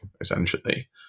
essentially